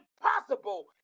impossible